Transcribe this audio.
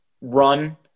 run